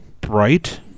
Bright